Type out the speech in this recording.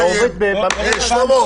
שלמה,